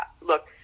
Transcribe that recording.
look